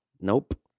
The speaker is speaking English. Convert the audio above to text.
nope